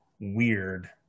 weird